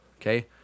okay